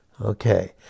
Okay